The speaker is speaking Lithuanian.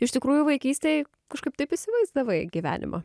iš tikrųjų vaikystėj kažkaip taip įsivaizdavai gyvenimą